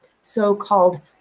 so-called